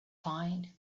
find